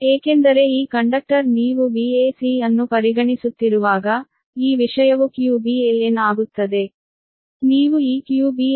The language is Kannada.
ಏಕೆಂದರೆ ಈ ಕಂಡಕ್ಟರ್ ನೀವು Vac ಅನ್ನು ಪರಿಗಣಿಸುತ್ತಿರುವಾಗ ಈ ವಿಷಯವು qb ln ಆಗುತ್ತದೆ